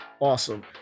awesome